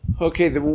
okay